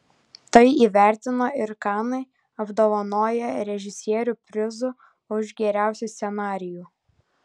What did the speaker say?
tai įvertino ir kanai apdovanoję režisierių prizu už geriausią scenarijų